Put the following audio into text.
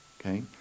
okay